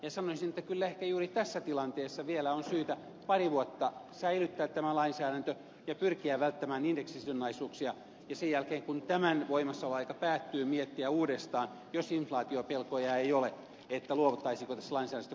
sanoisin että kyllä ehkä juuri tässä tilanteessa vielä on syytä pari vuotta säilyttää tämä lainsäädäntö ja pyrkiä välttämään indeksisidonnaisuuksia ja sen jälkeen kun tämän voimassaoloaika päättyy miettiä uudestaan jos inflaatiopelkoja ei ole luovuttaisiinko tästä lainsäädännöstä kokonaisuudessaan